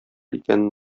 икәнен